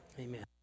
Amen